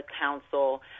council